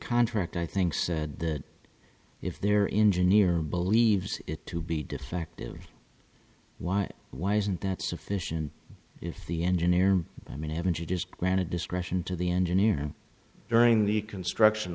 contract i think said that if their engine ear believes it to be defective why why isn't that sufficient if the engineer i mean haven't you just granted discretion to the engineer during the construction